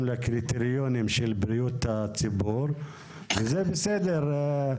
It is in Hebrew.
לקריטריונים של בריאות הציבור וזה בסדר,